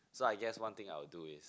so I guess one thing I will do is